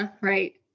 Right